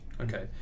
Okay